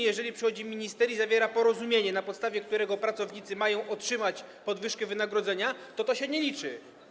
Jeżeli przychodzi minister i zawiera porozumienie, na podstawie którego pracownicy mają otrzymać podwyżkę wynagrodzenia, to to się nie liczy?